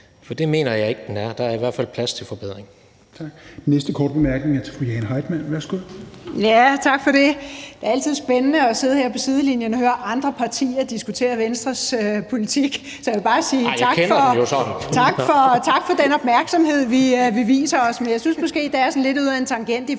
for det mener jeg ikke den er – der er i hvert fald plads til forbedring.